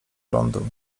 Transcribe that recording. lądu